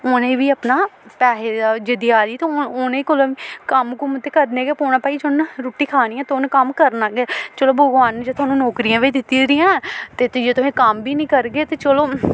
उ'नें बी अपना पैहे देआ दी ते उ'नें कोला कम्म कुम्म ते करने गै पौना भाई जिन्नै रुट्टी खानी ऐ ते उन्न कम्म करना गै चलो भगवान ने जे थुआनूं नौकरियां बी दित्ती दियां ते जे तुहें कम्म बी निं करगे ते चलो